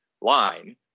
line